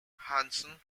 hanson